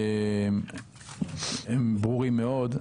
ברורים מאוד.